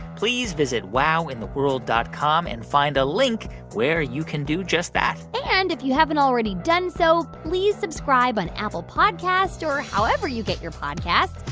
please visit wowintheworld dot com and find a link where you can do just that and if you haven't already done so, please subscribe on apple podcasts or however you get your podcast.